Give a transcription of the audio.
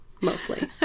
Mostly